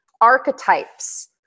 archetypes